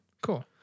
Cool